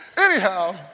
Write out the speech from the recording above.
Anyhow